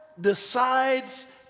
decides